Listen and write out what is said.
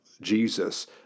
Jesus